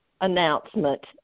announcement